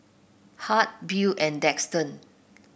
Hart Beau and Daxton